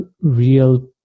real